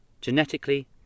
genetically